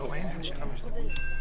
אני מעלה להצבעה את הרביזיה הראשונה.